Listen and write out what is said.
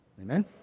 Amen